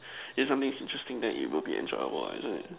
if something interesting then it will be enjoyable what isn't it